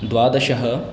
द्वादश